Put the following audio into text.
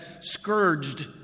scourged